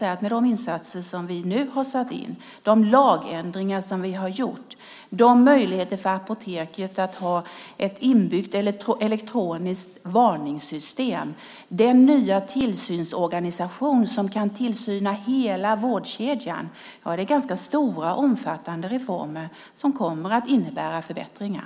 De insatser vi nu har gjort - de lagändringar vi har genomfört, Apotekets möjlighet att ha ett inbyggt elektroniskt varningssystem, den nya tillsynsorganisation som kan tillsyna hela vårdkedjan - är ganska stora och omfattande reformer som kommer att innebära förbättringar.